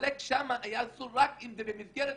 שם היה אסור לחלק רק אם זה במסגרת